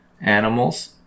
animals